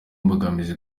imbogamizi